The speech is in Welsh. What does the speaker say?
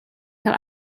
cael